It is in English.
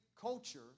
culture